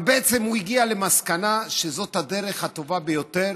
הוא הגיע למסקנה שזאת הדרך הטובה ביותר